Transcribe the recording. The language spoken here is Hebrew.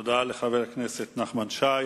תודה לחבר הכנסת נחמן שי.